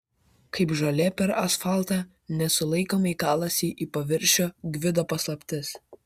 kaip žolė per asfaltą nesulaikomai kalasi į paviršių gvido paslaptis